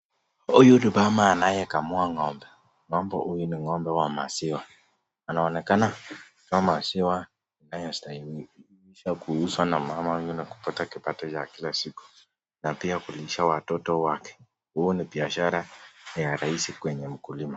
Huyu ni mama anayekamua ng'ombe, ng'ombe huyu ni ng'ombe wa maziwa anaonekana kutoa maziwa inayostahili kisha kuuzwa na mama yule na kupata kipato cha kila siku na pia kulisha watoto wake, huo ni biashara ya raisi kwenye ukulima.